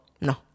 No